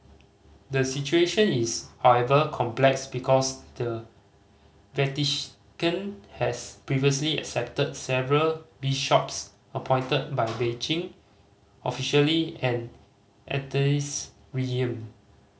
the situation is however complex because the Vatican has previously accepted several bishops appointed by Beijing officially an atheist regime